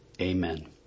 Amen